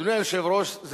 אדוני היושב-ראש,